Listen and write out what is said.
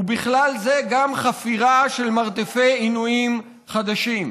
ובכלל זה גם חפירה של מרתפי עינויים חדשים.